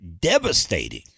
devastating